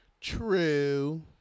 True